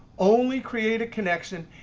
only create a connection.